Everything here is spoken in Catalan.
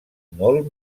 molt